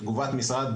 תגובת משרד